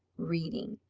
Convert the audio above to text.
reading.